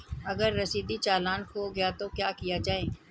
अगर रसीदी चालान खो गया तो क्या किया जाए?